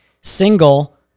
single